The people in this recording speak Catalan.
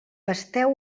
pasteu